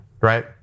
right